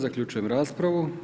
Zaključujem raspravu.